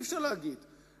אי-אפשר להגיד שלא.